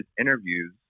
interviews